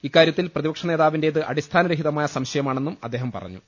ഇക്കാര്യത്തിൽ പ്രതിപക്ഷനേതാവിന്റേത് അടിസ്ഥാന രഹിതമായ സംശയമാണെന്നും അദ്ദേഹം പറഞ്ഞു